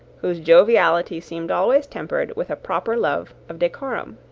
whose joviality seemed always tempered with a proper love of decorum.